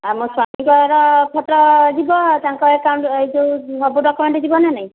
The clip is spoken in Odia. ଆମ ସ୍ୱାମୀଙ୍କର ଫୋଟୋ ଯିବ ତାଙ୍କ ଆକାଉଣ୍ଟ୍ ଏ ଯୋଉ ସବୁ ଡ଼କ୍ୟୁମେଣ୍ଟ୍ ଯିବ ନା ନାଇ